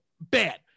Bad